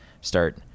Start